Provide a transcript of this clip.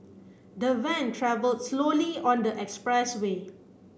the van travel slowly on the express way